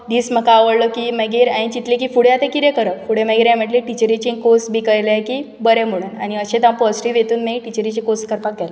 दीस म्हाका आवडलो की मागीर हांवें चिंतलें की फुडें आतां कितें करप फुडें मागीर हांवें म्हटलें टिचरींगचे कोर्स बी केले की बरें म्हुणून आनी अशेंच हांव पॉझेटीव हातूंत हांवें टिचरीचे कोर्स करपाक गेलें